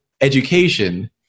education